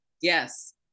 yes